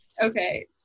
Okay